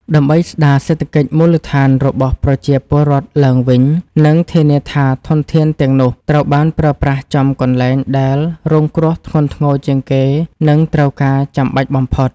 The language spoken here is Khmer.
ដើម្បីស្តារសេដ្ឋកិច្ចមូលដ្ឋានរបស់ប្រជាពលរដ្ឋឡើងវិញ និងធានាថាធនធានទាំងនោះត្រូវបានប្រើប្រាស់ចំកន្លែងដែលរងគ្រោះធ្ងន់ធ្ងរជាងគេ និងត្រូវការចាំបាច់បំផុត។